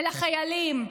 אל החיילים,